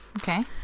Okay